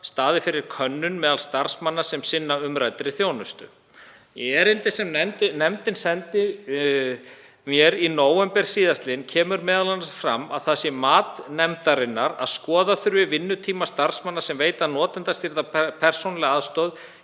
staðið fyrir könnun meðal starfsmanna sem sinna umræddri þjónustu. Í erindi sem nefndin sendi mér í nóvember sl. kemur m.a. fram að það sé mat nefndarinnar að skoða þurfi vinnutíma starfsmanna sem veita notendastýrða persónulega aðstoð